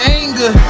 anger